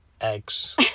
eggs